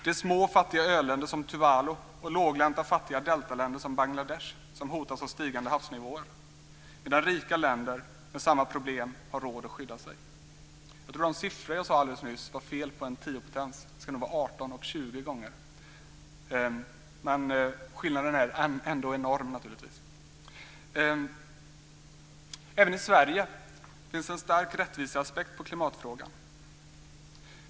Det är små fattiga öländer som Tuvalo och låglänta fattiga deltaländer som Bangladesh som hotas av stigande havsnivåer, medan rika länder med samma problem har råd att skydda sig. Även i Sverige finns det en stark rättviseaspekt på klimatfrågan.